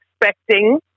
expecting